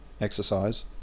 exercise